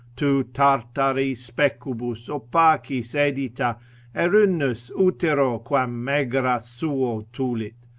tu tartari specubus opacis edita erinnys, utero quam megara suo tulit,